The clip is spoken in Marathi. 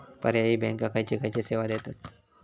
पर्यायी बँका खयचे खयचे सेवा देतत?